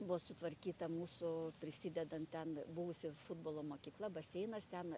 buvo sutvarkyta mūsų prisidedant ten buvusi futbolo mokykla baseinas ten